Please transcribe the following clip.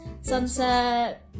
sunset